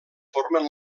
formen